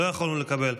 לא יכולנו לקבל.